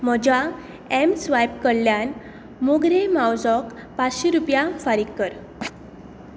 म्हज्या एमस्वायप कडल्यान मोगरें मावजोक पांचशी रुपया फारीक कर